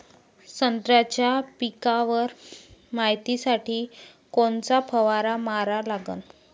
संत्र्याच्या पिकावर मायतीसाठी कोनचा फवारा मारा लागन?